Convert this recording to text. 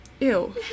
ew